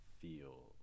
feel